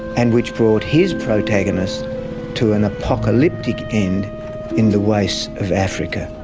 and which brought his protagonist to an apocalyptic end in the wastes of africa?